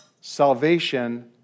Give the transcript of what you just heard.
salvation